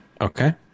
Okay